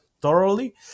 thoroughly